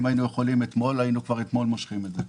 אם היינו יכולים היינו כבר אתמול מושכים את זה.